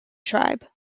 tribe